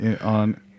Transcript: on